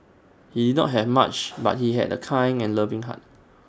he did not have much but he had A kind and loving heart